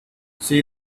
she